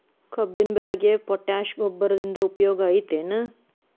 ಕಬ್ಬಿನ ಬೆಳೆಗೆ ಪೋಟ್ಯಾಶ ಗೊಬ್ಬರದಿಂದ ಉಪಯೋಗ ಐತಿ ಏನ್?